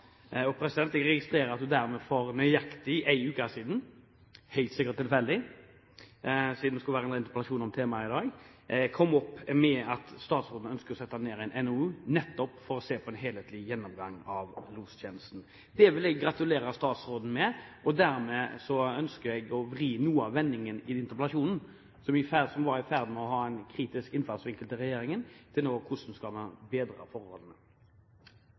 Jeg registrerer dermed at hun for nøyaktig en uke siden – helt sikkert tilfeldig, siden hun skulle være med i en interpellasjonsdebatt om temaet i dag – sa at hun ønsker å sette ned et utvalg som skal avgi en NOU, nettopp for å få en helhetlig gjennomgang av lostjenesten. Det vil jeg gratulere statsråden med. Derfor ønsker jeg nå å vri noe av interpellasjonen, som var i ferd med å ha en kritisk innfallsvinkel til regjeringen, over til å spørre: Hvordan skal man bedre forholdene?